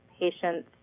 patients